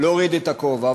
להוריד את הכובע,